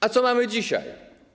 A co mamy dzisiaj?